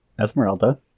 Esmeralda